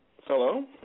Hello